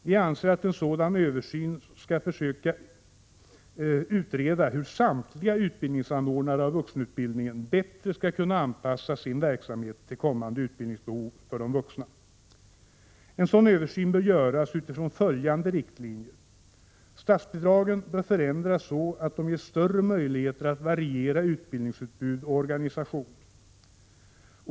Vi anser att man i en sådan översyn skall försöka utröna hur samtliga anordnare av vuxenutbildning bättre skall kunna anpassa sin verksamhet till kommande utbildningsbehov för de vuxna. En översyn bör göras utifrån följande riktlinjer: - Statsbidragen bör förändras så att de ger större möljigheter att variera utbildningsutbud och organisation.